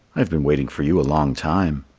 i have been waiting for you a long time.